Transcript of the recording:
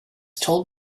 told